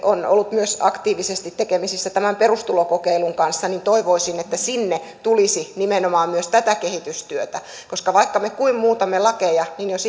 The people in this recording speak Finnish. on ollut aktiivisesti tekemisissä myös tämän perustulokokeilun kanssa niin toivoisin että sinne tulisi myös nimenomaan tätä kehitystyötä koska vaikka me kuinka muutamme lakeja niin jos